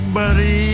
buddy